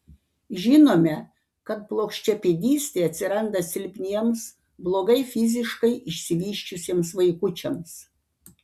žinome kad plokščiapėdystė atsiranda silpniems blogai fiziškai išsivysčiusiems vaikučiams